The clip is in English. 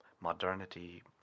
modernity